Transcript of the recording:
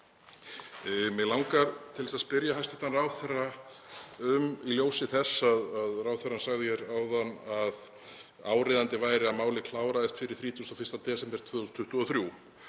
Mig langar til að spyrja hæstv. ráðherra í ljósi þess að ráðherrann sagði hér áðan að áríðandi væri að málið kláraðist fyrir 31. desember 2023,